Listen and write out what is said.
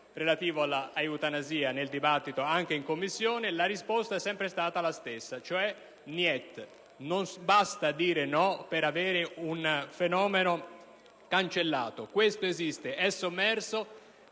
relativo all'eutanasia nel dibattito anche in Commissione e la risposta è sempre stata la stessa, cioè *niet*. Non basta dire no per cancellare un fenomeno; questo esiste, è sommerso